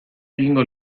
egingo